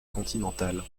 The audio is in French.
continentale